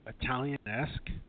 Italian-esque